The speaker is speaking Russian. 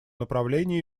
направлении